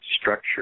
structure